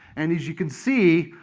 and as you can see,